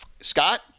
Scott